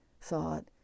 thought